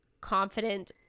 confident